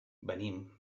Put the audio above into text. venim